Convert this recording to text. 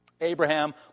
Abraham